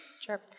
Sure